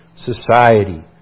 society